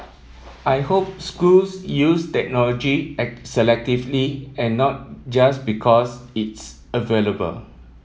I hope schools use technology selectively and not just because it's available